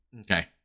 Okay